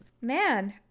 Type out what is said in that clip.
man